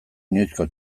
inoizko